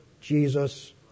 Jesus